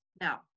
Now